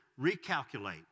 recalculate